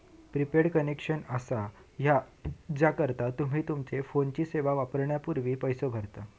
prepaid connection असा हा ज्याकरता तुम्ही तुमच्यो फोनची सेवा वापरण्यापूर्वी पैसो भरता